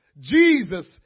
Jesus